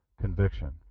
conviction